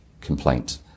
complaint